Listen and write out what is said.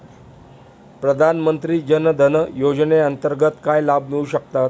प्रधानमंत्री जनधन योजनेअंतर्गत काय लाभ मिळू शकतात?